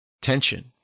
tension